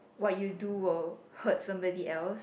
what you do will hurt somebody else